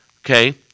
okay